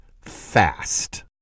fast